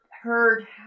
heard